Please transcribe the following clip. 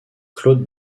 claude